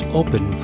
open